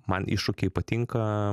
man iššūkiai patinka